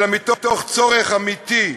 אלא מתוך צורך אמיתי,